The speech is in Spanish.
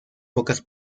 pocas